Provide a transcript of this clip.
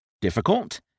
Difficult